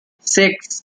six